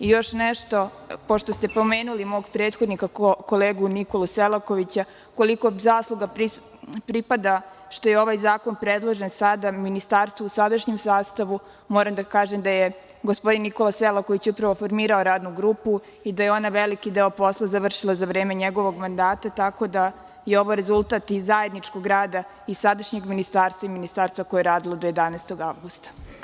Još nešto, pošto ste pomenuli mog prethodnika, kolegu Nikolu Selakovića, koliko zasluga pripada što je ovaj zakon predložen sada Ministarstvu u sadašnjem sastavu, moram da kažem da je gospodin Nikola Selaković upravo formirao radnu grupu i da je ona veliki deo posla završila za vreme njegovog mandata, tako da je ovo rezultat i zajedničkog rada i sadašnjeg ministarstva i ministarstva koje je radilo do 11. avgusta.